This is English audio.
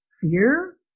fear